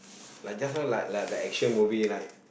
like just now like like the action movie like